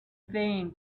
vain